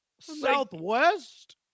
Southwest